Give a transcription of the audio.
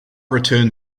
returned